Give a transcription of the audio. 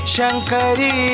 Shankari